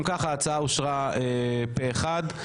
אם כך, ההצעה אושרה פה אחד.